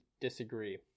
disagree